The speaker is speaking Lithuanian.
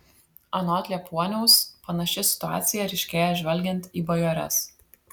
anot liepuoniaus panaši situacija ryškėja žvelgiant į bajores